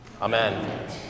Amen